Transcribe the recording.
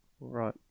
Right